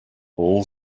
all